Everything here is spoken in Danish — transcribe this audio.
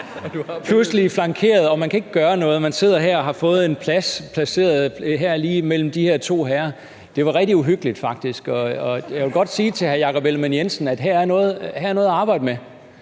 man sidder her og har fået en plads, placeret her lige mellem de her to herrer, det var faktisk rigtig uhyggeligt, og jeg vil godt sige til hr. Jakob Ellemann-Jensen, at der her er noget at arbejde med,